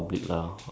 when